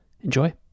Enjoy